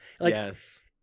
Yes